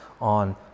on